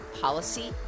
policy